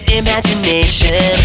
imagination